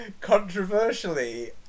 Controversially